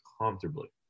comfortably